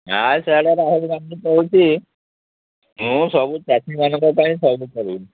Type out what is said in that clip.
ଆଉ ସିଆଡ଼େ ରାହୁଲ ଗାନ୍ଧୀ କହୁଛି ମୁଁ ସବୁ ଚାଷୀମାନଙ୍କ ପାଇଁ ସବୁ କରିବି